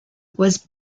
was